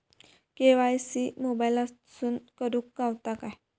KYC मोबाईलातसून करुक गावता काय?